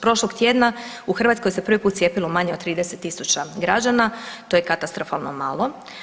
Prošlog tjedna u Hrvatskoj se prvi put cijepilo manje od 30.000 građana, to je katastrofalno malo.